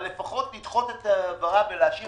אבל לפחות לדחות את ההעברה ולהשאיר